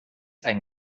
ein